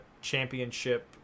championship